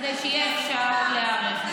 כדי שיהיה אפשר להיערך לה.